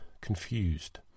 confused